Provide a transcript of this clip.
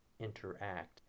interact